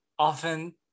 Often